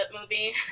movie